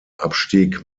abstieg